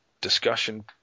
discussion